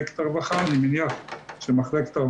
בעניין הזה,